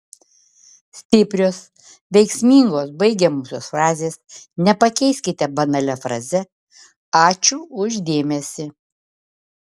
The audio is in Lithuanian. stiprios veiksmingos baigiamosios frazės nepakeiskite banalia fraze ačiū už dėmesį